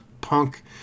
Punk